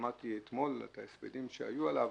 שמעתי אתמול את ההספדים שהיו עליו.